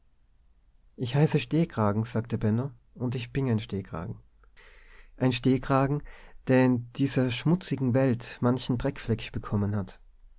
ich heiße stehkragen sagte benno und ich bin e stehkragen ein stehkragen der in dieser schmutzigen welt manchen dreckfleck bekommen hat